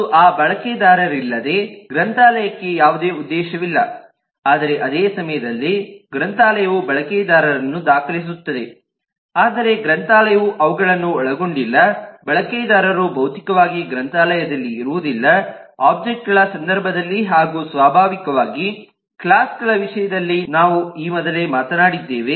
ಮತ್ತು ಆ ಬಳಕೆದಾರರಿಲ್ಲದೆ ಗ್ರಂಥಾಲಯಕ್ಕೆ ಯಾವುದೇ ಉದ್ದೇಶವಿಲ್ಲ ಆದರೆ ಅದೇ ಸಮಯದಲ್ಲಿ ಗ್ರಂಥಾಲಯವು ಬಳಕೆದಾರರನ್ನು ದಾಖಲಿಸುತ್ತದೆ ಆದರೆ ಗ್ರಂಥಾಲಯವು ಅವುಗಳನ್ನು ಒಳಗೊಂಡಿಲ್ಲ ಬಳಕೆದಾರರು ಭೌತಿಕವಾಗಿ ಗ್ರಂಥಾಲಯದಲ್ಲಿ ಇರುವುದಿಲ್ಲ ಒಬ್ಜೆಕ್ಟ್ ಗಳ ಸಂದರ್ಭದಲ್ಲಿ ಹಾಗೂ ಸ್ವಾಭಾವಿಕವಾಗಿ ಕ್ಲಾಸ್ ಗಳ ವಿಷಯದಲ್ಲಿ ನಾವು ಈ ಮೊದಲೇ ಮಾತನಾಡಿದ್ದೇವೆ